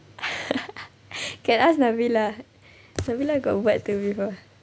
can ask nabilah nabilah got buat tu before